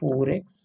4x